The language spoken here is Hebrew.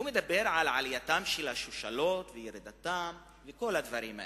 הוא מדבר על עלייתן של השושלות ועל ירידתן וכל הדברים האלה.